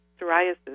psoriasis